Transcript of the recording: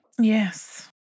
Yes